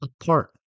apart